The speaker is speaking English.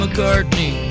McCartney